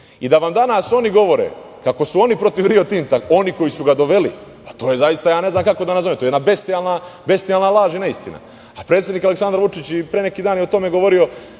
vam danas oni govore kako su oni protiv Rio Tinta, oni koji su ga doveli, a to je zaista, ja ne znam kako da nazovem to, jedna bestijalna laž i neistina, a predsednik Aleksandar Vučić, pre neki da dan je o tome govorio,